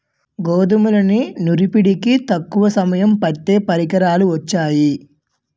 గోధుమల్ని నూర్పిడికి తక్కువ సమయం పట్టే పరికరాలు వొచ్చాయి